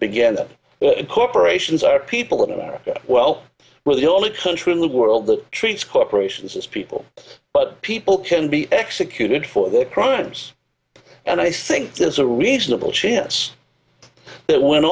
began that corporations are people in america well we're the only country in the world that treats corporations as people but people can be executed for their crimes and i think there's a reasonable chance that when